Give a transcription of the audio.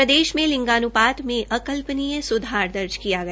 प्रदेश में लिंगान्पात में अकल्पनीय सुधार दर्ज हुआ